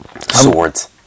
Swords